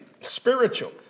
spiritual